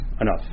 enough